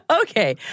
Okay